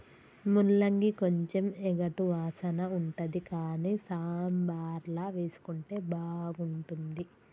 ముల్లంగి కొంచెం ఎగటు వాసన ఉంటది కానీ సాంబార్ల వేసుకుంటే బాగుంటుంది